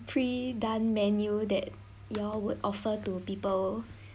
pre-done menu that you all would offer to people